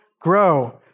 grow